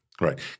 Right